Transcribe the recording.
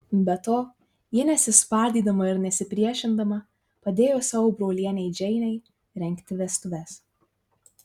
be to ji nesispardydama ir nesipriešindama padėjo savo brolienei džeinei rengti vestuves